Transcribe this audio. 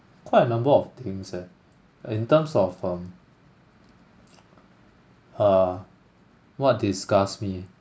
quite a number of things eh in terms of um uh what disgusts me